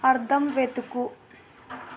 అర్థం వెతుకు